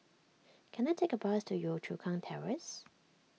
can I take a bus to Yio Chu Kang Terrace